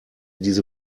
diese